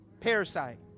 parasite